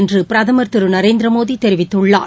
என்று பிரதமர் திரு நரேந்திரமோடி தெரிவித்துள்ளார்